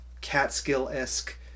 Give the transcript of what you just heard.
Catskill-esque